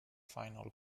final